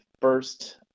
first